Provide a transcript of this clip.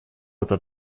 это